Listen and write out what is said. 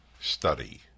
study